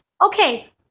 Okay